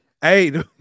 Hey